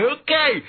Okay